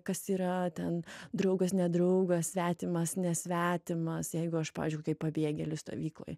kas yra ten draugas nedraugas svetimas nesvetimas jeigu aš pavyzdžiui kokioj pabėgėlių stovykloj